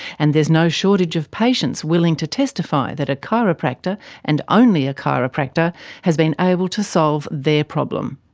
and there's no shortage of patients willing to testify that a chiropractor and only a chiropractor has been able to solve their problem.